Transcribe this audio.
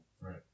Right